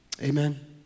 Amen